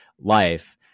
life